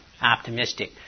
optimistic